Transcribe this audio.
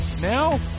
now